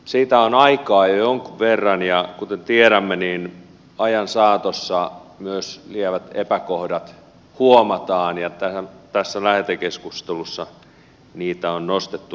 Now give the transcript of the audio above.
siitä on aikaa jo jonkun verran ja kuten tiedämme niin ajan saatossa myös lievät epäkohdat huomataan ja tässä lähetekeskustelussa niitä on nostettu esille